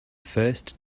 first